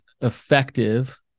effective